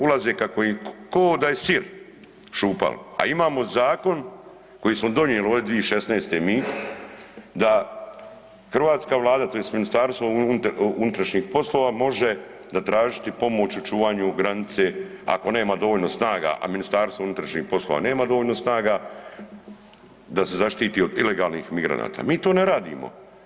Ulaze kako im, kao da je sir šupalj, a imamo zakon koji smo donijeli ove 2016. mi da hrvatska Vlada odnosno Ministarstvo unutrašnjih poslova može zatražiti pomoć u čuvanju granice ako nema dovoljno snaga, a Ministarstvo unutrašnjih poslova nema dovoljno snaga da se zaštiti od ilegalnih migranata mi to ne radimo.